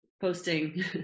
posting